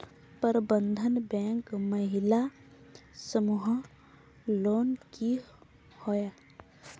प्रबंधन बैंक महिला समूह लोन की होय?